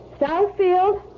Southfield